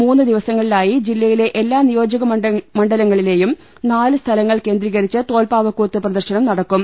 മൂ ന്നു ദിവസങ്ങളിലായി ജില്ലയിലെ എല്ലാ നിയോജക മണ്ഡലങ്ങളി ലേയും നാല് സ്ഥലങ്ങൾ കേന്ദ്രീകരിച്ച് തോൽപ്പാവക്കൂത്ത് പ്രദർ ശനം നടക്കും